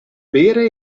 bere